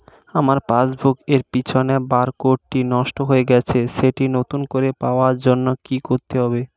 আমার পাসবুক এর পিছনে বারকোডটি নষ্ট হয়ে গেছে সেটি নতুন করে পাওয়ার জন্য কি করতে হবে?